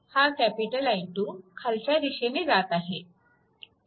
हा I2 खालच्या दिशेने जात आहे